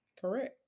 Correct